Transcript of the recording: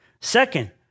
Second